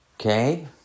Okay